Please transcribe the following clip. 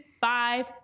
five